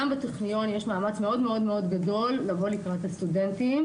בטכניון יש מאמץ מאוד מאוד גדול לבוא לקראת הסטודנטים.